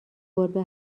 گربه